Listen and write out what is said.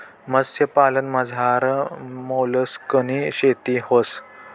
मत्स्यपालनमझार मोलस्कनी शेती व्हस